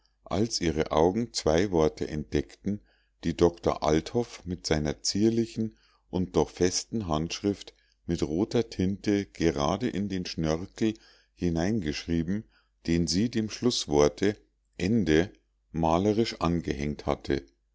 als ihre augen zwei worte entdeckten die doktor althoff mit seiner zierlichen und doch festen handschrift mit roter tinte gerade in den schnörkel hineingeschrieben den sie dem schlußworte ende malerisch angehängt hatte